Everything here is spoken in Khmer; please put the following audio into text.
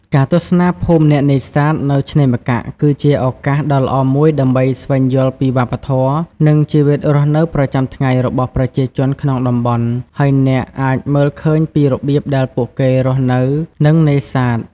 ការទស្សនាភូមិអ្នកនេសាទ នៅឆ្នេរម្កាក់ គឺជាឱកាសដ៏ល្អមួយដើម្បីស្វែងយល់ពីវប្បធម៌ និងជីវិតរស់នៅប្រចាំថ្ងៃរបស់ប្រជាជនក្នុងតំបន់ ហើយអ្នកអាចមើលឃើញពីរបៀបដែលពួកគេរស់នៅ និងនេសាទ។